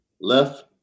Left